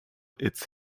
its